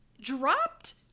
dropped